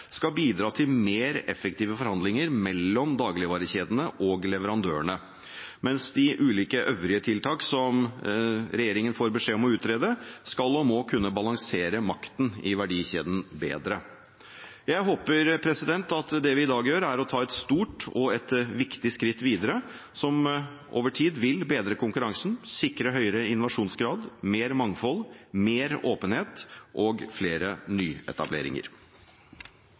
bidra til mer effektive forhandlinger mellom dagligvarekjedene og leverandørene, mens de ulike øvrige tiltakene som regjeringen får beskjed om å utrede, skal og må kunne balansere makten i verdikjeden bedre. Jeg håper at vi i dag tar et stort og viktig skritt videre, noe som over tid vil bedre konkurransen og sikre høyere innovasjonsgrad, større mangfold, større åpenhet og flere nyetableringer.